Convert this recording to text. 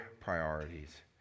priorities